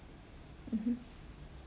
mmhmm